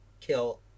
kill